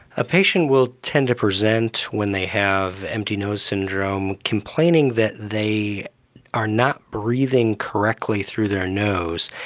a patient will tend to present when they have empty nose syndrome complaining that they are not breathing correctly through their nose.